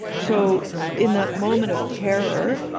so in that moment of terror,